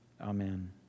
Amen